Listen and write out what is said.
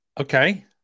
Okay